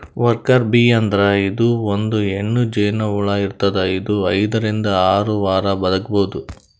worker bee ಅಂದ್ರ ಇದು ಒಂದ್ ಹೆಣ್ಣ್ ಜೇನಹುಳ ಇರ್ತದ್ ಇದು ಐದರಿಂದ್ ಆರ್ ವಾರ್ ಬದ್ಕಬಹುದ್